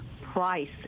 price